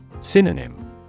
Synonym